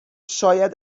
شاید